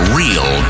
real